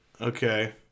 okay